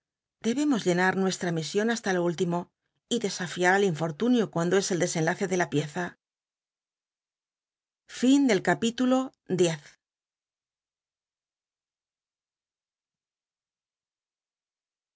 debemos llenar nu tra mision basta lo t'lllimo y desanar al infortunio cuando es el desenlace de la pieza